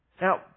Now